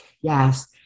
Yes